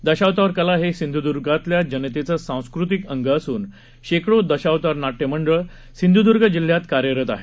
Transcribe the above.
दशावतार कला हे सिंध्दर्गातल्या जनतेच सांस्कृतिक अंग असून शेकडो दशावतार नाट्य मंडळ सिंध्दर्ग जिल्हयात कार्यरत आहेत